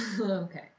Okay